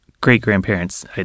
great-grandparents